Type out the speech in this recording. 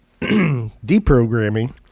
deprogramming